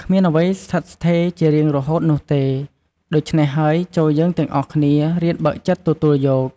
គ្មានអ្វីស្ថិតស្ថេរជារៀងរហូតនោះទេ ដូច្នេះហើយចូរយើងទាំងអស់គ្នារៀនបើកចិត្តទទួលយក។